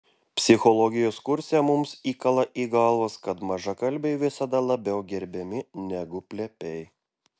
psichologijos kurse mums įkala į galvas kad mažakalbiai visada labiau gerbiami negu plepiai